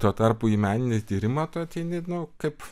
tuo tarpu į meninį tyrimą tu ateini nu kaip